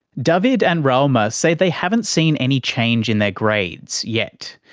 david and roama said they haven't seen any change in their grades, yet.